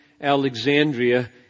Alexandria